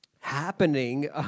happening